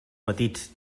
petits